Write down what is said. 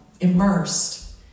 immersed